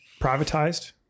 privatized